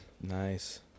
Nice